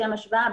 לשם השוואה,